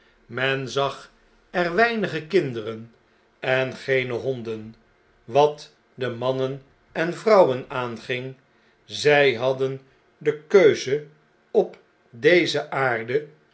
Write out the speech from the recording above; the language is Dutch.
men zag er weinige kinderen en geene nonden wat de mannen en vrouwen aanging zjj hadden de keuze op deze aarde